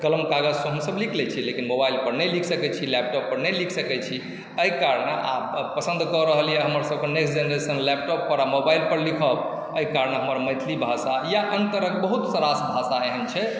तऽ कलम कागजसँ हमसभ लिख लैत छी लेकिन मोबाइलपर नहि लिख सकैत छी लैपटॉपपर नहि लिख सकैत छी एहि कारणे आब पसन्द कऽ रहल यए हमरसभके नेक्स्ट जेनेरेशन लैपटॉपपर आ मोबाइलपर लिखब एहि कारण हमर मैथिली भाषा या अन्य तरहके बहुत रास भाषा एहन छै